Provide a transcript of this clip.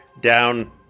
down